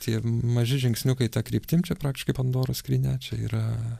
tie maži žingsniukai ta kryptim čia praktiškai pandoros skrynia čia yra